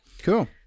cool